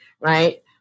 right